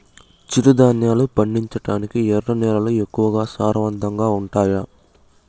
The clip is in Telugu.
చిరుధాన్యాలు పండించటానికి ఎర్ర నేలలు ఎక్కువగా సారవంతంగా ఉండాయా